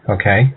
Okay